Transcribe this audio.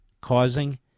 causing